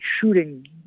shooting